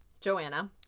Joanna